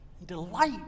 delight